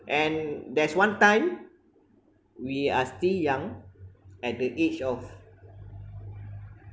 and there's one time we are still young at the age of